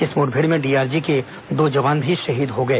इस मुठभेड़ में डीआरजी के दो जवान भी शहीद हो गए